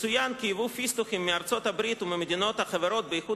יצוין כי יבוא פיסטוקים מארצות-הברית וממדינות החברות באיחוד